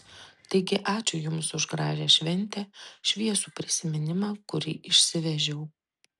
taigi ačiū jums už gražią šventę šviesų prisiminimą kurį išsivežiau